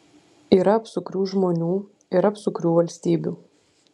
yra apsukrių žmonių ir apsukrių valstybių